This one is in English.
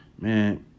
man